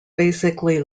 basically